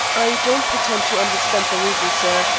i don't pretend to understand the reason, sir,